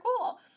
cool